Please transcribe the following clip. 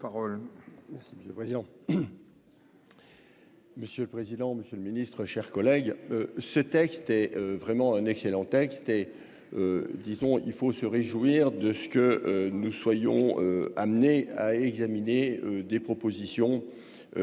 Monsieur le président, Monsieur le Ministre, chers collègues, ce texte est vraiment un excellent texte et disons, il faut se réjouir de ce que nous soyons amenés à examiner des propositions aussi